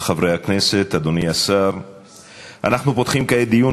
הפרות כאן מייצרות חלב איכותי ביותר,